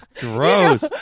Gross